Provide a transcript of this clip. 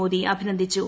മോദി അഭിനന്ദിച്ചു